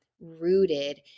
rooted